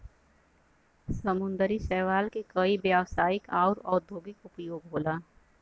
समुंदरी शैवाल के कई व्यवसायिक आउर औद्योगिक उपयोग होला